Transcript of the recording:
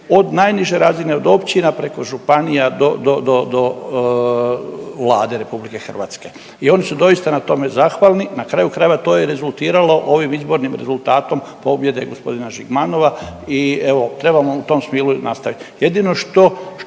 od najniže razine, od općina preko županija do, do, do Vlade RH. I oni su doista na tome zahvalni, na kraju krajeva to je rezultiralo ovim izbornim rezultatom pobjede gospodina Žigmanova i evo trebamo u tom stilu i nastaviti.